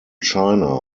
china